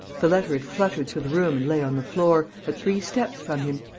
the letter had fluttered through the room and lay on the floor, at three steps from him.